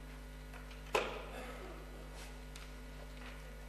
חבר הכנסת אריה ביבי.